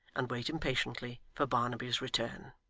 and wait impatiently for barnaby's return.